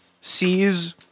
sees